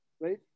right